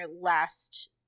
last